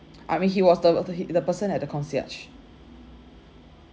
I mean he was the the he the person at the concierge